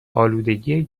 آلودگی